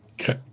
Okay